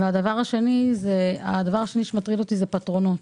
והדבר השני שמטריד אותי הוא פטרונות,